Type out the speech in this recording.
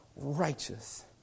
righteous